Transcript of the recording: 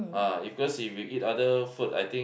ah if cause if you eat other food I think